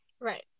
right